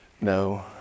No